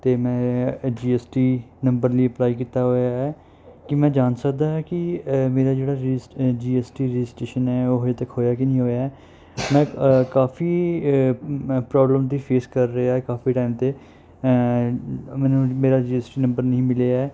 ਅਤੇ ਮੈਂ ਅ ਜੀ ਐਸ ਟੀ ਨੰਬਰ ਲਈ ਅਪਲਾਈ ਕੀਤਾ ਹੋਇਆ ਹੈ ਕੀ ਮੈਂ ਜਾਣ ਸਕਦਾ ਹਾਂ ਕਿ ਅ ਮੇਰਾ ਜਿਹੜਾ ਰੀਐਸ ਅ ਜੀ ਐਸ ਟੀ ਰਜਿਸਟਰੇਸ਼ਨ ਹੈ ਉਹ ਹਜੇ ਤੱਕ ਹੋਇਆ ਕਿ ਨਹੀਂ ਹੋਇਆ ਮੈਂ ਅ ਕਾਫੀ ਅ ਮ ਪ੍ਰੋਬਲਮ ਦੀ ਫੇਸ ਕਰ ਰਿਹਾ ਕਾਫੀ ਟਾਈਮ ਤੋਂ ਮੈਨੂੰ ਮੇਰਾ ਜੀ ਐਸ ਟੀ ਨੰਬਰ ਨਹੀਂ ਮਿਲਿਆ ਹੈ